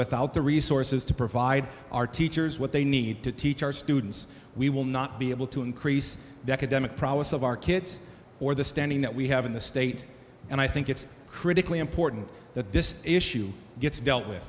without the resources to provide our teachers what they need to teach our students we will not be able to increase the academic prowess of our kids or the standing that we have in the state and i think it's critically important that this issue gets dealt with